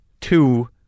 two